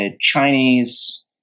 Chinese